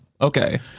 Okay